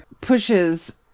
pushes